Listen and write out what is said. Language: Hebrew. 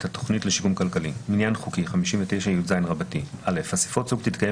התכנית לשיקום כלכלי מניין חוקי 59יז. אסיפת סוג תתקיים